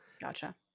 Gotcha